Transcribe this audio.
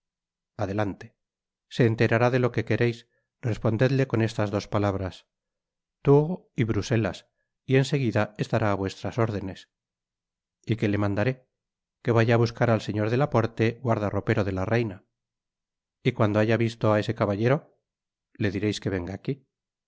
adelante se enterará de lo que quereis respondedle con estas dos palabras tours y bruselas y en seguida estará á vuestras órdenes y qué le mandaré que vaya á buscar al señor de laporte guardaropero de la reina y cuando haya visto á ese caballero le direis que venga aqui